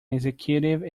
executive